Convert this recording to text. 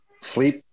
sleep